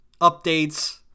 Updates